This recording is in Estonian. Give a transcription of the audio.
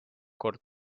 kord